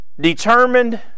Determined